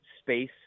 space